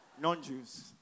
non-Jews